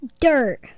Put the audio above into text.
dirt